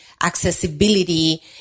accessibility